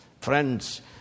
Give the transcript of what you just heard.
Friends